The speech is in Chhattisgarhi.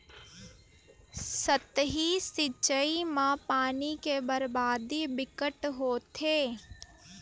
सतही सिचई म पानी के बरबादी बिकट होथे